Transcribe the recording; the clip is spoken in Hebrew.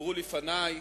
דיברו לפני.